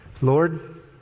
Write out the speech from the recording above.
Lord